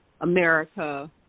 America